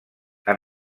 han